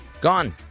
Gone